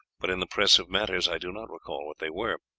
but in the press of matters i do not recall what they were.